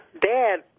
dad